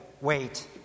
wait